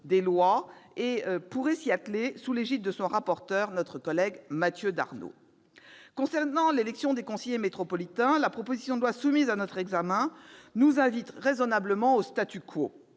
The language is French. des lois pourrait s'atteler à ce travail, sous l'égide de son rapporteur, notre collègue Mathieu Darnaud. Concernant l'élection des conseillers métropolitains, la proposition de loi soumise à notre examen nous invite raisonnablement au.